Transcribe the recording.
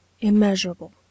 immeasurable